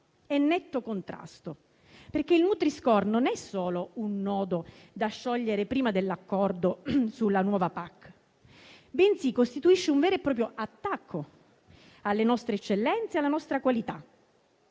e netto contrasto perché il nutri-score non è solo un nodo da sciogliere prima dell'accordo sulla nuova PAC. Esso costituisce piuttosto un vero e proprio attacco alle nostre eccellenze, alla nostra qualità.